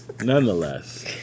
nonetheless